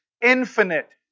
infinite